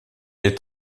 est